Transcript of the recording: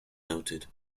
noted